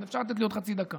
אבל אפשר לתת לי עוד חצי דקה.